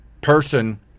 person